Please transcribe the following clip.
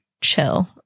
chill